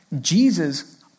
Jesus